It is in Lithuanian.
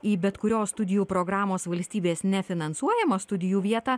į bet kurios studijų programos valstybės nefinansuojamą studijų vietą